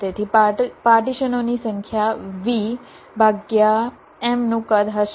તેથી પાર્ટીશનોની સંખ્યા V ભાગ્યા m નું કદ હશે